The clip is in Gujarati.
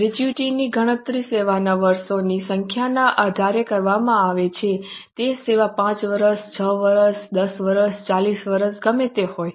ગ્રેચ્યુટીની ગણતરી સેવાના વર્ષોની સંખ્યાના આધારે કરવામાં આવે છે તે સેવા 5 વર્ષ 6 વર્ષ 10 વર્ષ 40 વર્ષ ગમે તે હોય